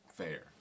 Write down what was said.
fair